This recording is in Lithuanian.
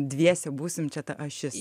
dviese būsim čia ta ašis